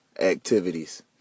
activities